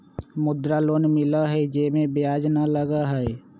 मुद्रा लोन मिलहई जे में ब्याज न लगहई?